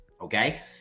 okay